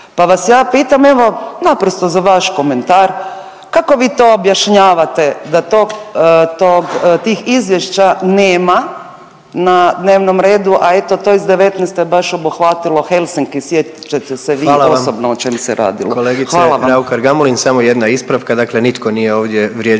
pa vas ja pitam, evo, naprosto za vaš komentar, kako vi to objašnjavate da to, tih izvješća nema na dnevnom redu, a eto, to iz 2019. je obuhvatilo Helsinki, sjetit ćete se vi osobno o čemu se radilo. Hvala. **Jandroković, Gordan (HDZ)** Hvala vam. Kolegice Raukar-Gamulin. Samo jedna ispravka, dakle nitko nije ovdje vrijeđao